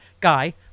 Guy